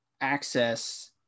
access